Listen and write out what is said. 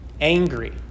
angry